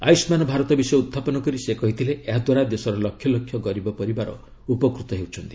ଆୟୁଷ୍ମାନ ଭାରତ ବିଷୟ ଉତ୍ଥାପନ କରି ସେ କହିଥିଲେ ଏହା ଦ୍ୱାରା ଦେଶର ଲକ୍ଷଲକ୍ଷ ଗରିବ ପରିବାର ଉପକୂତ ହେଉଛନ୍ତି